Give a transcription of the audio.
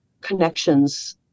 connections